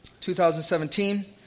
2017